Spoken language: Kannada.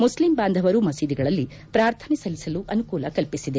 ಮುಖ್ಲಿಂ ಬಾಂಧವರು ಮಸೀದಿಗಳಲ್ಲಿ ಪ್ರಾರ್ಥನೆ ಸಲ್ಲಿಸಲು ಅನುಕೂಲ ಕಲ್ಪಿಸಿದೆ